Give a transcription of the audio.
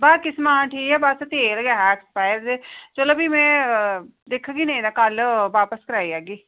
बाकी समान ठीक ऐ तेल गै हा इक्क पैकेट चलो में दिक्खगी नेईं तां कल्ल बापस कराई ओड़गी